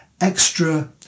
extra